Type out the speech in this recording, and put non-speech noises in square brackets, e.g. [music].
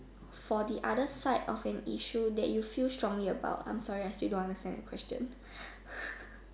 for the other side of an issue that you feel strongly about I'm sorry I still don't understand the question [breath]